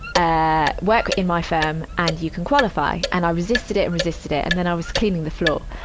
ah work in my firm, and you can qualify. and i resisted it and resisted it. and then i was cleaning the floor.